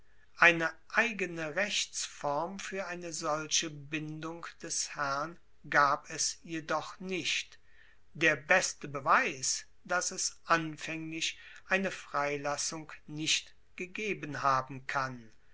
eine eigene rechtsform fuer eine solche bindung des herrn gab es jedoch nicht der beste beweis dass es anfaenglich eine freilassung nicht gegeben haben kann